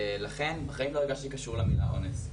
ולכן בחיים לא הרגשתי קשור למילה אונס.